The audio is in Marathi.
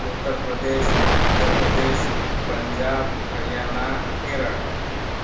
उत्तर प्रदेश मध्य प्रदेश पंजाब हरियाना केरळ